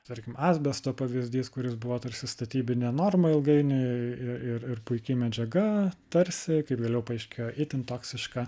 tarkim asbesto pavyzdys kuris buvo tarsi statybinė norma ilgainiui ir ir puiki medžiaga tarsi kaip vėliau paaiškėjo itin toksiška